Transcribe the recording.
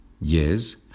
Yes